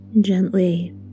Gently